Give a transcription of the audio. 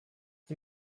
die